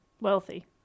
Wealthy